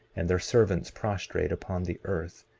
and their servants prostrate upon the earth,